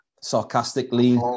Sarcastically